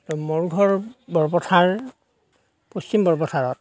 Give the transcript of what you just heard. মোৰ ঘৰ বৰপথাৰ পশ্চিম বৰপথাৰত